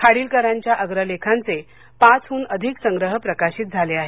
खाडिलकरांच्या अग्रलेखांचे पानहून अधिक संग्रह प्रकाशित झाले आहेत